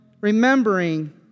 remembering